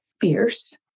fierce